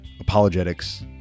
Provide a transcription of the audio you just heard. apologetics